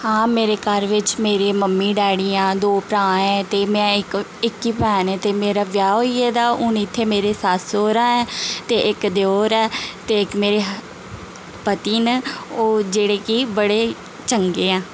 हां मेरे घर बिच्च मेरे मम्मी डैडी ऐं दो भ्राऽ ऐं ते में इक इक्क ई भैन आं ते मेरा ब्याह् होई गेदा ऐ हून इत्थें मेरे सस्स सौह्रा ऐ ते इक देयोर ऐ ते इक मेरे ह पति न ओह् जेह्ड़े कि बड़े चंगे ऐं